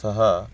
सः